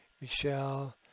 Michelle